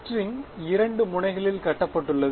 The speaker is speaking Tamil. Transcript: ஸ்ட்ரிங் இரண்டு முனைகளில் கட்டப்பட்டுள்ளது